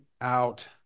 out